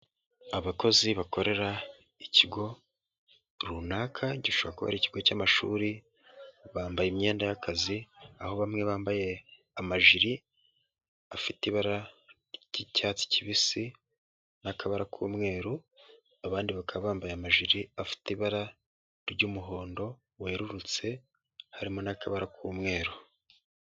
Abakozi bakorera ikigo runaka gishobora kuba ari ikigo cy'amashuri bambaye imyenda y'akazi, aho bamwe bambaye amajiri afite ibara ry'icyatsi kibisi n'akabara k'umweru, abandi bakaba bambaye amajiri afite ibara ry'umuhondo werurutse harimo n'akabara k'umweru.